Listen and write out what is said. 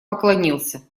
поклонился